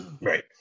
Right